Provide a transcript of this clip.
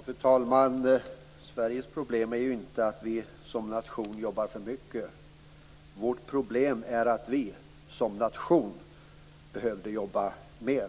Fru talman! Sveriges problem är inte att vi som nation jobbar för mycket, utan vårt problem är att vi som nation skulle behöva jobba mera.